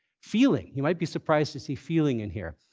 feeling. you might be surprised to see feeling in here,